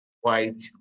white